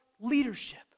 leadership